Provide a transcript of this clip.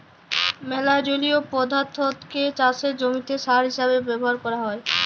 ম্যালা জলীয় পদাথ্থকে চাষের জমিতে সার হিসেবে ব্যাভার ক্যরা হ্যয়